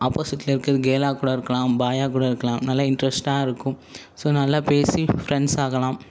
ஆப்போசிட்டில் இருக்கிறது கேர்ளாக கூட இருக்கலாம் பாயாக கூட இருக்கலாம் நல்லா இன்ட்ரெஸ்ட்டாக இருக்கும் ஸோ நல்லா பேசி ஃபிரெண்ட்ஸ் ஆகலாம்